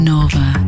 Nova